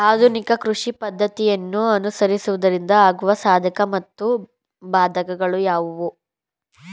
ಆಧುನಿಕ ಕೃಷಿ ಪದ್ದತಿಯನ್ನು ಅನುಸರಿಸುವುದರಿಂದ ಆಗುವ ಸಾಧಕ ಮತ್ತು ಬಾಧಕಗಳನ್ನು ತಿಳಿಸಿ?